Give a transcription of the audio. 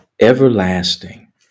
Everlasting